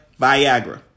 Viagra